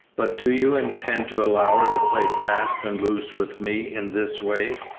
but do you intend to allow her to play fast and loose with me in this way?